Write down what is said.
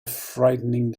frightening